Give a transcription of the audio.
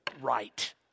right